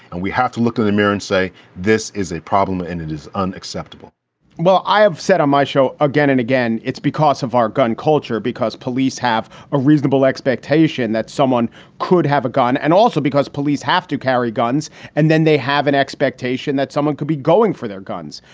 and we have to look in the mirror and say this is a problem and it is unacceptable well, i have said on my show again and again, it's because of our gun culture, because police have a reasonable expectation that someone could have a gun and also because police have to carry guns and then they have an expectation that someone could be going for their guns.